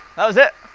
that was it!